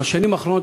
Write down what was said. בשנים האחרונות,